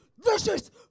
vicious